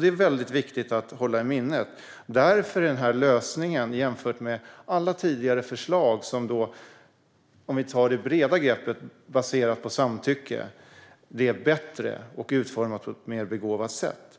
Det är alltså viktigt att hålla i minnet. Därför är den här lösningen, jämfört med alla tidigare förslag - om vi tar det breda greppet, baserat på samtycke - bättre och utformad på ett mer begåvat sätt.